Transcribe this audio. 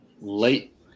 late